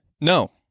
No